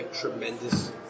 tremendous